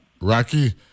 Rocky